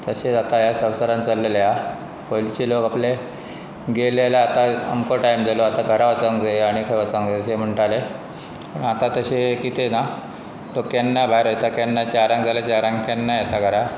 तशेंच आतां ह्या संवसारान चल्लेले आसा पयलीचे लोक आपले गेले जाल्यार आतां अमको टायम जालो आतां घरा वचूंक जाय आनी खंय वचंक जाय अशे म्हणटाले पूण आतां तशें कितें ना लोक केन्ना भायर वयता केन्ना चारांक जाल्यार चारांक केन्नाय येता घरा